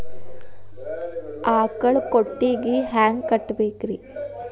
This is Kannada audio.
ಆಕಳ ಕೊಟ್ಟಿಗಿ ಹ್ಯಾಂಗ್ ಕಟ್ಟಬೇಕ್ರಿ?